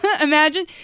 imagine